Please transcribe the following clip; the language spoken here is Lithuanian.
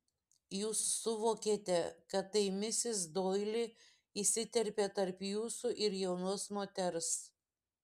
jūs suvokėte kad tai misis doili įsiterpė tarp jūsų ir jaunos moters